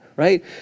right